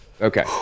Okay